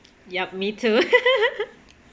yup me too